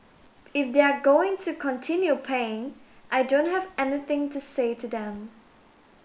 if they're going to continue paying I don't have anything to say to them